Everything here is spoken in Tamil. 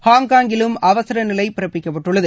ஹாங்காங்கிலும் அவசர நிலை பிறப்பிக்கப்பட்டுள்ளது